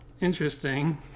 Interesting